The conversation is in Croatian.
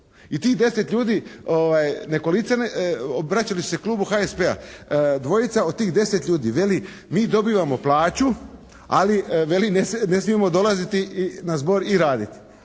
I tih 10 ljudi obraćali su se Klubu HSP-a. Dvojica od tih 10 ljudi veli mi dobivamo plaću, ali veli ne smijemo dolaziti na zbor i raditi.